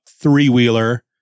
three-wheeler